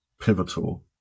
pivotal